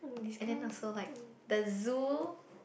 and then also like the zoo